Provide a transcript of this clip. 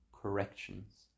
corrections